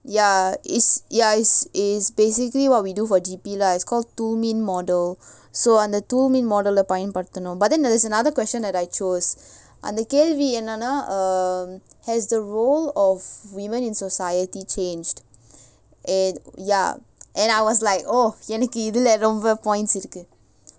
ya it's ya it's it's basically what we do for G_P lah it's called two min model so அந்த:antha two min model பயன்படுத்தனும்:payanpaduthanum but then there's another question that I chose அந்த கேள்வி என்னனா:antha kelvi ennaanaa um has the role of women in society changed eh ya and I was like oh எனக்கு இதுல ரொம்ப:enakku ithula romba points இருக்கு:irukku